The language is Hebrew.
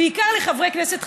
לחברי כנסת חדשים.